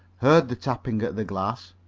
heard the tapping at the glass.